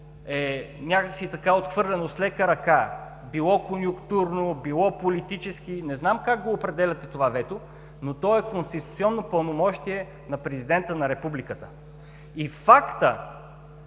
е някак си така, отхвърлено с лека ръка – било конюнктурно, било политически. Не знам как го определяте това вето, но то е конституционно пълномощие на президента на републиката. И фактът,